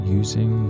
using